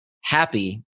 happy